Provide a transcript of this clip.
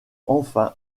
enfin